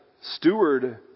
steward